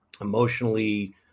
emotionally